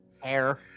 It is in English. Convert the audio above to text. hair